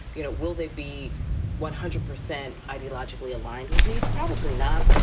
you know. will they be one hundred percent ideologically aligned with me? probably not.